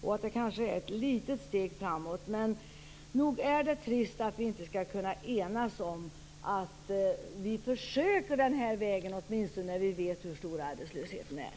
Det är kanske ett litet steg framåt. Nog är det trist att vi inte kan enas om att försöka med denna lösning när vi nu vet hur stor arbetslösheten är.